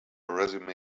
resume